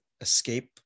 escape